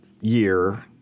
year